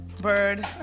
bird